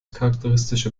charakteristische